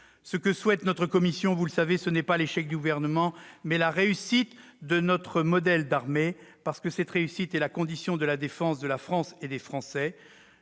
Ce que souhaite notre commission, vous le savez, c'est non pas l'échec du Gouvernement, mais la réussite de notre modèle d'armée, parce que cette réussite est la condition de la défense de la France et des Français.